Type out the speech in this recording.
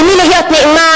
למי להיות נאמן.